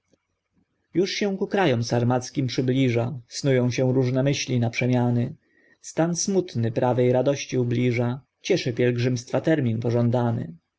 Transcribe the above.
już się ku krajom sarmackim przybliża snują się różne myśli na przemiany stan smutny prawej radości ubliża cieszy pielgrzymstwa termin pożądany